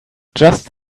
just